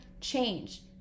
change